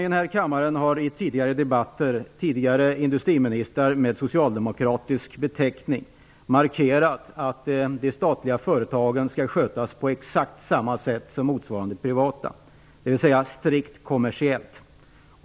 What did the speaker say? I denna kammare har i tidigare debatter tidigare industriministrar med socialdemokratisk beteckning markerat att det statliga företagandet skall skötas på exakt samma sätt som motsvarande privata, dvs. strikt kommersiellt.